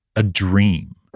a dream.